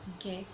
okay